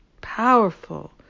powerful